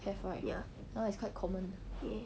have right that [one] is quite common